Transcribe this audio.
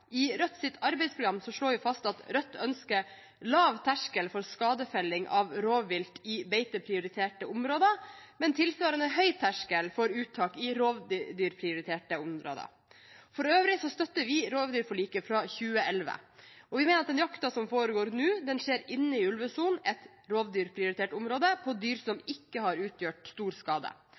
I Rødts arbeidsprogram slår vi fast at Rødt ønsker lav terskel for skadefelling av rovvilt i beiteprioriterte områder, men tilsvarende høy terskel for uttak i rovdyrprioriterte områder. For øvrig støtter vi rovdyrforliket fra 2011. Vi mener at den jakten som foregår nå, skjer inne i ulvesonen, et rovdyrprioritert område, på dyr som ikke har gjort stor skade.